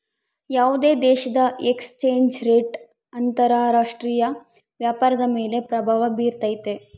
ಯಾವುದೇ ದೇಶದ exchange rate ಅಂತರ ರಾಷ್ಟ್ರೀಯ ವ್ಯಾಪಾರದ ಮೇಲೆ ಪ್ರಭಾವ ಬಿರ್ತೈತೆ